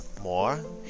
more